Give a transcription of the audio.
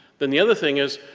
then the other thing is,